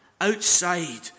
outside